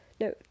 No